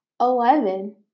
Eleven